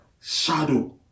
shadow